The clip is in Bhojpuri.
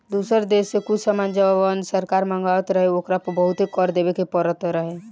दुसर देश से कुछ सामान जवन सरकार मँगवात रहे ओकरा पर बहुते कर देबे के परत रहे